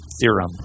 theorem